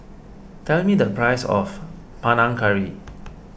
tell me the price of Panang Curry